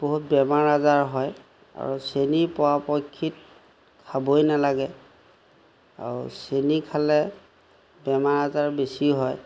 বহুত বেমাৰ আজাৰ হয় আৰু চেনী পৰাপক্ষত খাবই নালাগে আৰু চেনী খালে বেমাৰ আজাৰ বেছি হয়